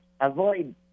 Avoid